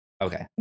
Okay